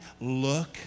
look